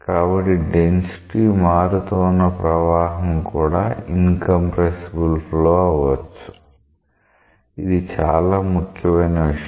కాబట్టి డెన్సిటీ మారుతూ ఉన్న ప్రవాహం కూడా ఇన్ కంప్రెసిబుల్ ఫ్లో అవ్వచ్చు ఇది చాలా ముఖ్యమైన విషయం